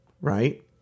Right